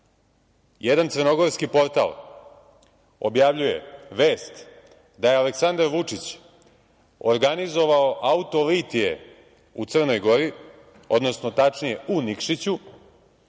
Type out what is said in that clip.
jedan crnogorski portal objavljuje vest da je Aleksandar Vučić organizovao auto-litije u Crnoj Gori, odnosno tačnije u Nikšiću,